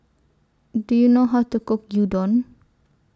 Do YOU know How to Cook Gyudon